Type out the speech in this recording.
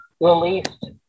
released